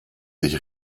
sich